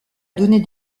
donnée